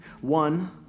One